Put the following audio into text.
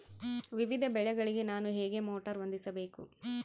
ವಿವಿಧ ಬೆಳೆಗಳಿಗೆ ನಾನು ಹೇಗೆ ಮೋಟಾರ್ ಹೊಂದಿಸಬೇಕು?